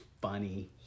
funny